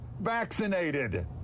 vaccinated